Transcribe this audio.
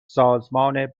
سازمان